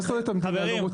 מה זאת אומרת המדינה לא רוצה?